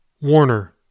Warner